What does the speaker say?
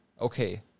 Okay